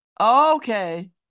Okay